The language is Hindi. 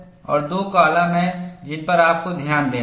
और दो कॉलम हैं जिन पर आपको ध्यान देना है